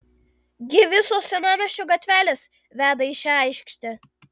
gi visos senamiesčio gatvelės veda į šią aikštę